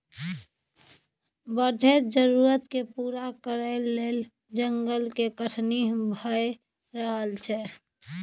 बढ़ैत जरुरत केँ पूरा करइ लेल जंगल केर कटनी भए रहल छै